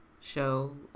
show